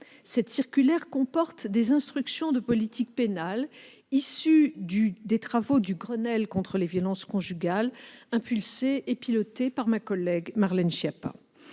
Cette circulaire comporte des instructions de politique pénale issues des travaux du Grenelle contre les violences conjugales, impulsé et piloté par ma collègue Marlène Schiappa.